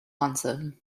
answer